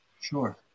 Sure